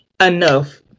enough